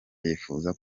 yifuza